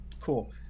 Cool